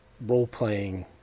role-playing